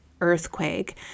earthquake